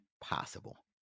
possible